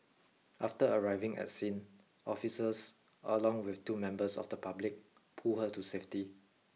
after arriving at scene officers along with two members of the public pulled her to safety